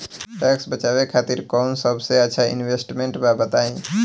Tax बचावे खातिर कऊन सबसे अच्छा इन्वेस्टमेंट बा बताई?